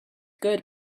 good